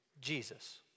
Jesus